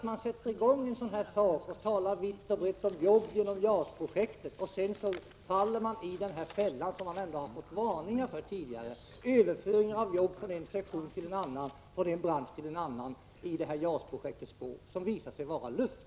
Man satte alltså i gång någonting som man hade blivit varnad för. Man gick i fällan. Man har talat vitt och brett om överföringar av jobb från en sektion till en annan och från en bransch till en annan i JAS-projektets spår, men nu har det visat sig vara luft.